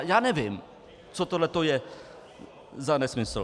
Já nevím, co tohleto je za nesmysl.